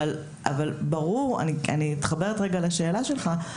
ברור, אני מתחברת רגע לשאלה שלך.